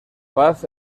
paz